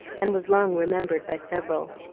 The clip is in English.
and was long remembered by several.